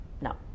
No